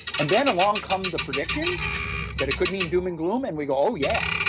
and then along come the predictions that it could mean doom and gloom and we go oh yeah.